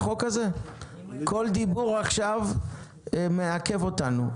כל דיבור עכשיו מעכב אותנו.